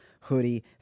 hoodie